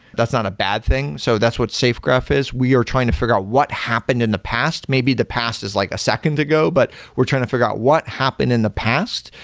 that's not a bad thing. so that's what safegraph is. we are trying to figure out what happened in the past. maybe the past is like a second ago, but we're trying to figure out what happened in the past.